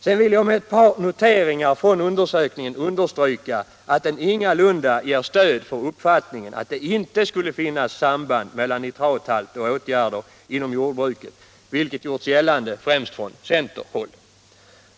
Sedan vill jag med ett par noteringar från undersökningen understryka att den ingalunda ger stöd för uppfattningen att det inte skulle finnas samband mellan nitrathalt och åtgärder inom jordbruket, vilken uppfattning gjorts gällande främst från centerhåll.